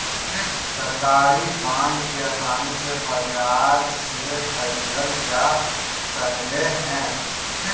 सरकारी बांड के आसानी से बाजार से ख़रीदल जा सकले हें